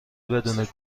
بدون